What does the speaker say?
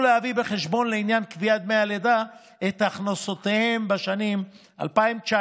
להביא בחשבון לעניין קביעת דמי הלידה את הכנסותיהן בשנים 2019,